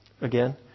again